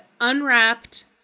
unwrapped